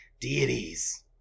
deities